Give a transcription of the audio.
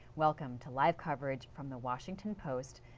welcome to live coverage from the washington post.